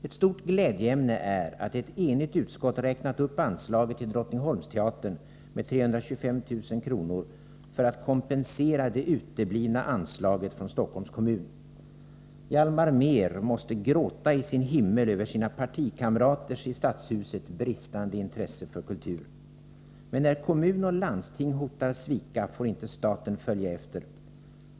Ett stort glädjeämne är att ett enigt utskott räknat upp anslaget till Drottingholmsteatern med 325 000 kr. för att kompensera det uteblivna anslaget från Stockholms kommun. Hjalmar Mehr måste gråta i sin himmel över sina partikamraters i stadshuset bristande intresse för kultur. Men när kommun och landsting hotar svika får inte staten följa efter.